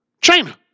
China